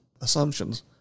assumptions